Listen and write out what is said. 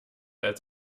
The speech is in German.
als